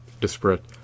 disparate